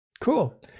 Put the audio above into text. Cool